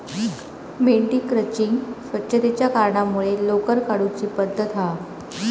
मेंढी क्रचिंग स्वच्छतेच्या कारणांमुळे लोकर काढुची पद्धत हा